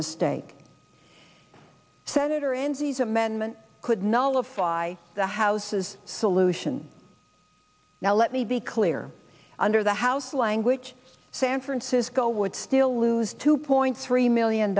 mistake senator enzi is amendment could nala fly the houses solution now let me be clear under the house language san francisco would still lose two point three million